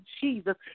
Jesus